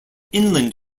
inland